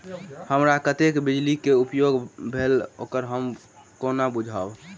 हमरा कत्तेक बिजली कऽ उपयोग भेल ओकर हम कोना बुझबै?